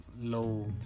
low